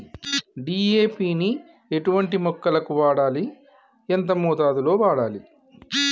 DAP ని ఎటువంటి మొక్కలకు వాడాలి? ఎంత మోతాదులో వాడాలి?